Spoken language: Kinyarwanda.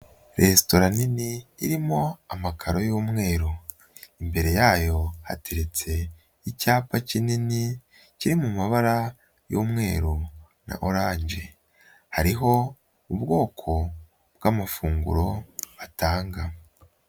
Resitora nini irimo amakararo y'umweru imbere yayo hateretse icyapa kinini kiri mu mabara y'umweru na oranje. Hariho ubwoko bw'amafunguro batanga.